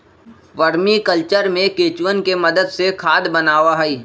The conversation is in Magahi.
वर्मी कल्चर में केंचुवन के मदद से खाद बनावा हई